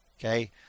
Okay